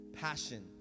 passion